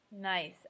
Nice